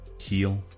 heal